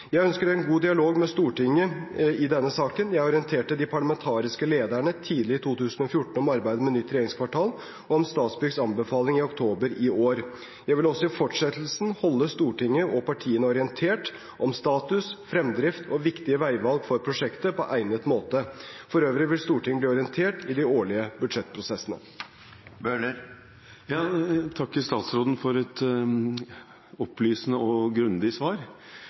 Jeg ønsker en god dialog med Stortinget i denne saken. Jeg orienterte de parlamentariske lederne tidlig i 2014 om arbeidet med nytt regjeringskvartal og om Statsbyggs anbefaling i oktober i år. Jeg vil også i fortsettelsen holde Stortinget og partiene orientert om status, fremdrift og viktige veivalg for prosjektet på egnet måte. For øvrig vil Stortinget bli orientert i de årlige budsjettprosessene. Jeg takker statsråden for et opplysende og grundig svar.